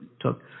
took